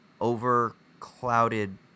overclouded